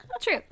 true